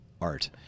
Art